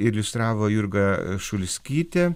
iliustravo jurga šulskytė